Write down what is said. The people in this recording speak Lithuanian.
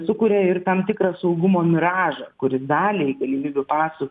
sukuria ir tam tikrą saugumo miražą kuris daliai galimybių paso